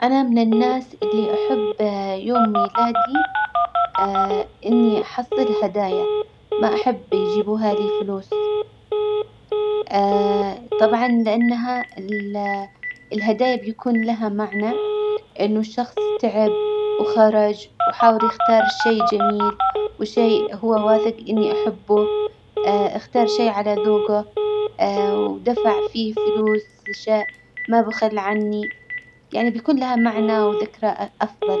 أنا من الناس اللي أحب يوم ميلادي إني أحصل هدايا، ما أحب يجيبوها لي فلوس طبعا لإنها ال- الهدايا بيكون لها معنى إنه الشخص تعب وخرج وحاول يختار شي جميل وشي هو واثج إني أحبه إختار شي على ذوجه ودفع فيه فلوس ما بخل عني، يعني بيكون لها معنى وذكرى أفضل.